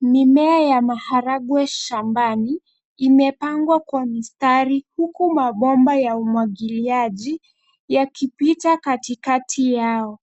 Mimea ya maharagwe shambani imepangwa kwa mstari, huku mabomba ya umwagiliaji yakipita katikati yao.